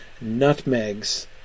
nutmegs